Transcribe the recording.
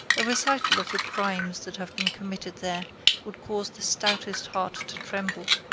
a recital of the crimes that have been committed there would cause the stoutest heart to tremble.